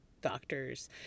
doctors